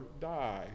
die